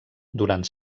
durant